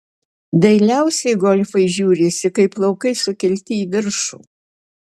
dailiausiai golfai žiūrisi kai plaukai sukelti į viršų